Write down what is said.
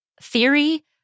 theory